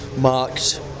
marked